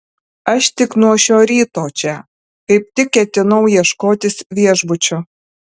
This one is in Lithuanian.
aš tik nuo šio ryto čia kaip tik ketinau ieškotis viešbučio